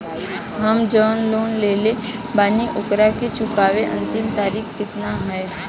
हम जवन लोन लेले बानी ओकरा के चुकावे अंतिम तारीख कितना हैं?